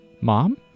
Mom